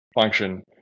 function